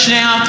now